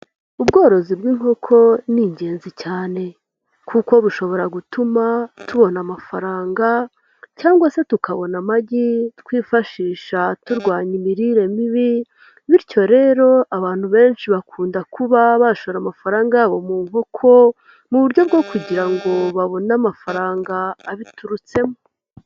Ubworozi bw'inkoko ni ingenzi cyane kuko bushobora gutuma tubona amafaranga cyangwa se tukabona amagi twifashisha turwanya imirire mibi, bityo rero abantu benshi bakunda kuba bashora amafaranga yabo mu nkoko, mu buryo bwo kugira ngo babone amafaranga abiturutsemo.